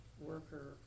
worker